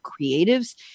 creatives